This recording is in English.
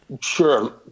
Sure